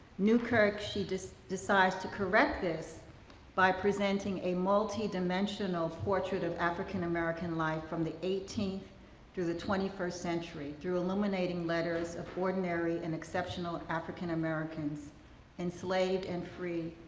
newkirk, she just decides to correct this by presenting a multidimensional portrait of african american life from the eighteenth through the twenty first century through illuminating letters of ordinary and exceptional african americans enslaved and free,